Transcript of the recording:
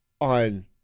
on